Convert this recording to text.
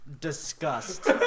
disgust